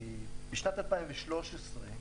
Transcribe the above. בשנת 2013,